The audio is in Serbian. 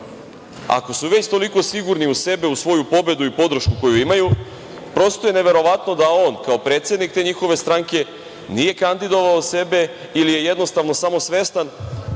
Ako su već toliko sigurni u sebe, u svoju pobedu i podršku koju imaju, prosto je neverovatno da on kao predsednik te njihove stranke nije kandidovao sebe ili je jednostavno samo svestan